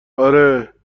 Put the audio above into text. آره